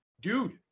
dude